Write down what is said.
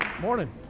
morning